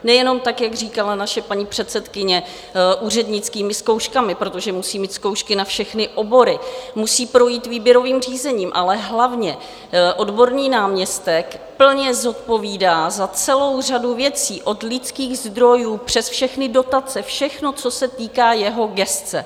Nejenom tak, jak říkala naše paní předsedkyně, úřednickými zkouškami, protože musí mít zkoušky na všechny obory, musí projít výběrovým řízením, ale hlavně odborný náměstek plně zodpovídá za celou řadu věcí, od lidských zdrojů přes všechny dotace, všechno, co se týká jeho gesce.